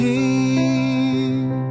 King